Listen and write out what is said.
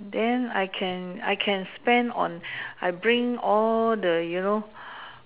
then I can I can spend on I bring all the you know